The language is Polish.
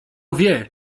wie